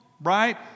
right